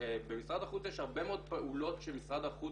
במשרד החוץ יש הרבה מאוד פעולות שמשרד החוץ